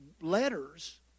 letters